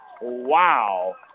Wow